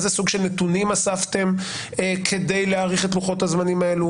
איזה סוג של נתונים אספתם כדי להאריך את לוחות הזמנים הללו?